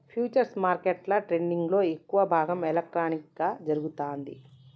futures మార్కెట్ల ట్రేడింగ్లో ఎక్కువ భాగం ఎలక్ట్రానిక్గా జరుగుతాంది